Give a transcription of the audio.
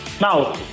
Now